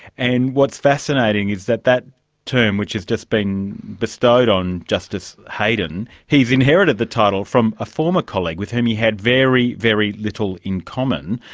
and what's fascinating is that that term which has just been bestowed on justice heydon, he's inherited the title from a former colleague with whom he had very, very little in common,